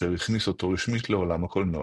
אשר הכניס אותו רשמית לעולם הקולנוע.